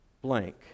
blank